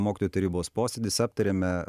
mokytojų tarybos posėdis aptarėme